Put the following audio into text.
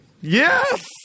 Yes